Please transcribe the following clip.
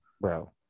bro